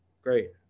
great